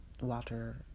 Walter